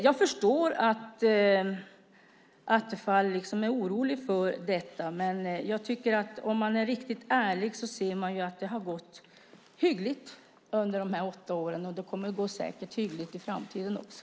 Jag förstår att Attefall är orolig för detta. Men om man ska vara riktigt ärlig gick det hyggligt under de åtta åren, och det kommer säkert att gå hyggligt i framtiden också.